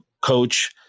coach